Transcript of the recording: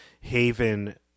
haven